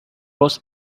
was